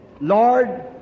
Lord